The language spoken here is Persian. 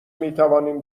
میتوانیم